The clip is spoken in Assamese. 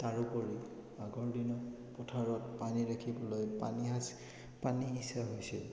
তাৰোপৰি আগৰ দিনত পথাৰত পানী ৰাখিবলৈ পানী সাঁচি পানী সিঁচা হৈছিল